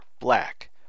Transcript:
black